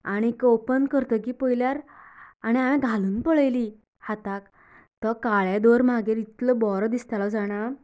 आनीक ओपन करतकिर पळयल्यार आनी हांवें घालून पळयली हाताक तो काळेलो दोर म्हागेर इतलो बरो दिसतालो जाणा